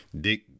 Dick